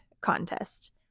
contest